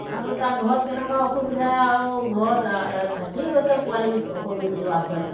আৰু তাৰ ঘৰত কেনেকুৱা অসুবিধা আৰু ঘৰত থাকিয়েই গৈছে পোৱালি সৰু ল'ৰা ছোৱালী